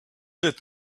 that